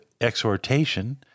exhortation